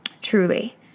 Truly